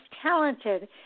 talented